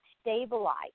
stabilize